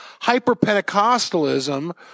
hyper-Pentecostalism